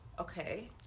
Okay